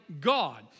God